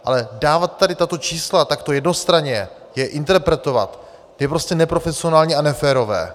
Ale dávat tady tato čísla, takto jednostranně je interpretovat, je prostě neprofesionální a neférové.